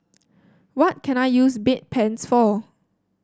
what can I use Bedpans for